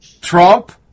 Trump